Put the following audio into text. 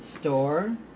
store